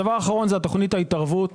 הדבר האחרון, תוכנית ההתערבות